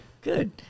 Good